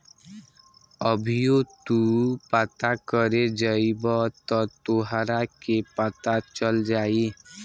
अभीओ तू पता करे जइब त तोहरा के पता चल जाई